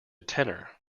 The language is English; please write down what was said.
tenner